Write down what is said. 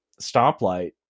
stoplight